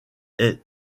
est